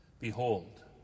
Behold